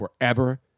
forever